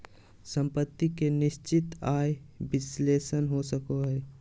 सम्पत्ति के निश्चित आय विश्लेषण हो सको हय